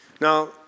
Now